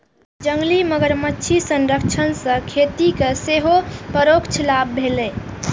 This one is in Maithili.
जंगली मगरमच्छ संरक्षण सं खेती कें सेहो परोक्ष लाभ भेलैए